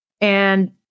And-